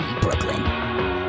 Brooklyn